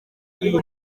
iyi